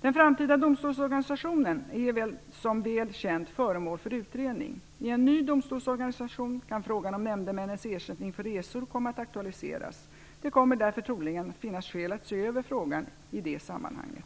Den framtida domstolsorganisationen är som väl känt föremål för utredning. I en ny domstolsorganisation kan frågan om nämndemännens ersättning för resor komma att aktualiseras. Det kommer därför troligen att finnas skäl att se över frågan i det sammanhanget.